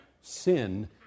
sin